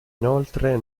inoltre